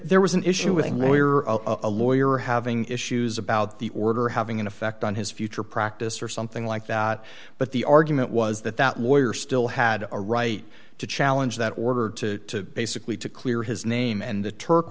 there was an issue with a lawyer or a lawyer having issues about the order having an effect on his future practice or something like that but the argument was that that lawyer still had a right to challenge that order to basically to clear his name and the turk